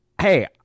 hey